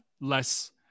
less